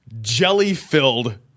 jelly-filled